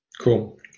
Cool